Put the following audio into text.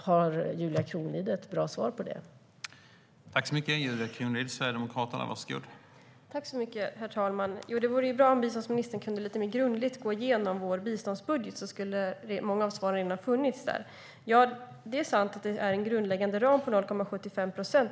Har Julia Kronlid ett bra svar på den frågan?